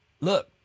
look